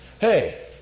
Hey